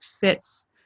fits